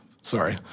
Sorry